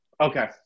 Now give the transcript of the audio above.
Okay